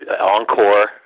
encore